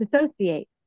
dissociate